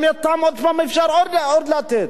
גם אותם, עוד פעם אפשר עוד לתת.